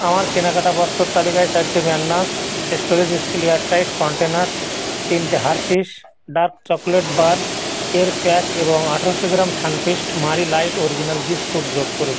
আমার কেনাকাটা বস্তুর তালিকায় চারটে Magnus storage steel airtight container তিনটে হার্শিস ডার্ক চকলেট বার এর প্যাক এবং আঠেরোশো gram Sunfeast Marie light original biscuit যোগ করুন